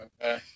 Okay